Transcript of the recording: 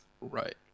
Right